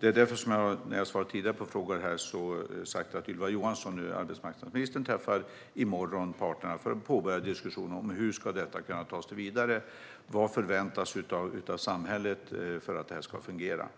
När jag svarade tidigare på en sådan här fråga sa jag att Ylva Johansson, arbetsmarknadsministern, ska träffa parterna i morgon för att påbörja en diskussion om hur detta ska kunna tas vidare och vad som förväntas av samhället för att detta ska fungera.